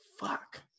Fuck